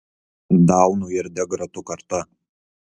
daunų ir degradų karta